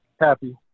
happy